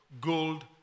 gold